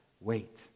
wait